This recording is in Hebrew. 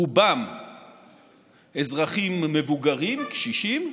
רובם אזרחים מבוגרים, קשישים,